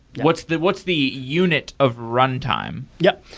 what's the what's the unit of runtime? yeah.